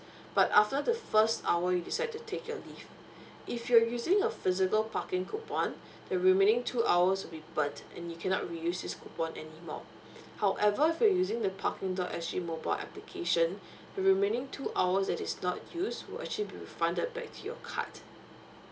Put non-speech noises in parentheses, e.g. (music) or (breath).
but after the first hour you decide to take a leave if you're using a physical parking coupon the remaining two hours will be burnt and you cannot reuse this coupon anymore (breath) however if you're using the parking dot S G mobile application remaining two hours that is not used would actually be refunded back to your card